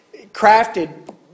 crafted